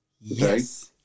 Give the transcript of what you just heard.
Yes